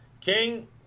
King